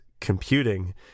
computing